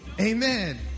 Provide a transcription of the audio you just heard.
Amen